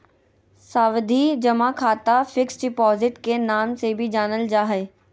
सावधि जमा खाता फिक्स्ड डिपॉजिट के नाम से भी जानल जा हय